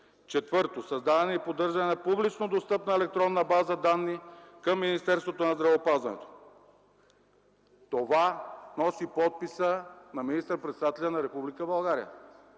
Четвърто, създаване и поддържане на публично достъпна електронна база данни към Министерството на здравеопазването.” Това носи подписа на министър-председателя на Република България.